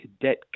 Cadet